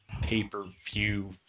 pay-per-view